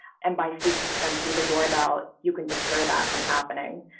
and by speaking to them through the door about you can deter that from happening.